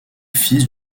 fils